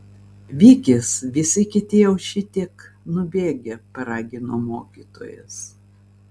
vykis visi kiti jau šitiek nubėgę paragino mokytojas